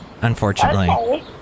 Unfortunately